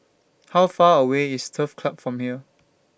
How Far away IS Turf Ciub Road from here